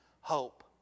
hope